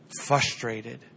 frustrated